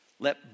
Let